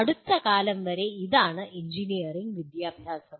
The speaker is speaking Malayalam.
അടുത്ത കാലം വരെ ഇതാണ് എഞ്ചിനീയറിംഗ് വിദ്യാഭ്യാസം